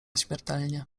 śmiertelnie